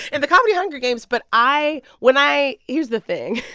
in the comedy hunger games. but i when i here's the thing.